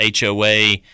HOA